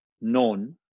known